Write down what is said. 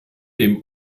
dem